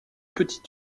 petits